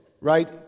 right